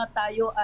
tayo